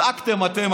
נזעקתם אתם,